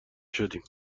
شدیم